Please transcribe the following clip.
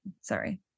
sorry